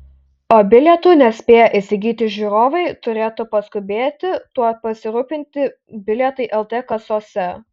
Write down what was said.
o bilietų nespėję įsigyti žiūrovai turėtų paskubėti tuo pasirūpinti bilietai lt kasose